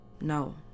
No